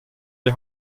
die